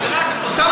זה שום דבר.